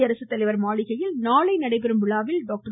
குடியரசுத்தலைவர் மாளிகையில் நாளை நடைபெறும் விழாவில் டாக்டர்